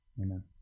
Amen